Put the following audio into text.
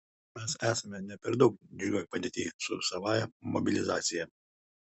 mes esame ne per daug džiugioj padėty su savąja mobilizacija